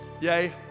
yay